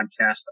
podcast